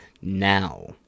now